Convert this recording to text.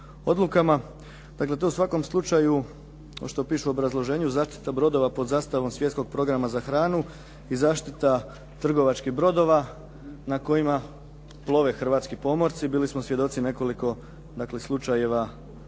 odlukama. Dakle to u svakom slučaju, što pišu u obrazloženju …/Govornik se ne razumije./… pod zastavom svjetskog programa za hranu i zaštita trgovačkih brodova na kojima plove hrvatski pomorci, bili smo svjedoci nekoliko, dakle, slučajeva